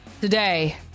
Today